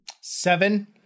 Seven